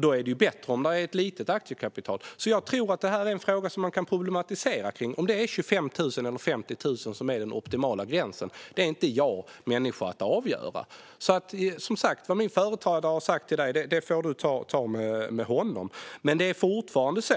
Då är det bättre om det är ett litet aktiekapital. Detta är en fråga som kan problematiseras. Om det är 25 000 eller 50 000 som är den optimala gränsen är inte jag människa att avgöra. Som sagt: Vad min företrädare har sagt till dig, Mikael Eskilandersson, får du ta med honom. Men det är fortfarande så